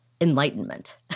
enlightenment